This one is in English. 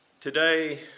Today